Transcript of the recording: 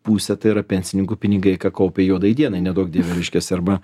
pusė tai yra pensininkų pinigai ką kaupia juodai dienai neduok dieve reiškias arba